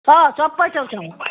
छ सब थोक छ